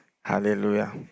Hallelujah